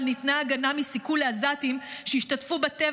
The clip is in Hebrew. ניתנה הגנה מסיכול עזתים שהשתתפו בטבח